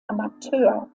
amateur